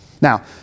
Now